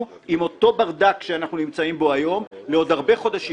עם אותו ברדק של היום לעוד הרבה חודשים,